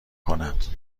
کند